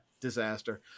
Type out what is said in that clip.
disaster